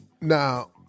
Now